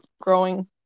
growing